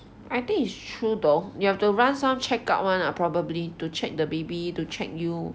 I think it's true though you have to run some check up [one] ah probably to check the baby to check you